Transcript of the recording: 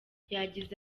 yagize